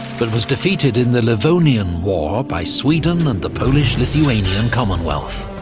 but was defeated in the livonian war by sweden and the polish-lithuanian commonwealth.